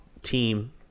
team